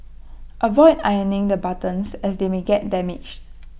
avoid ironing the buttons as they may get damaged